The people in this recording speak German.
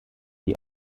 die